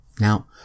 Now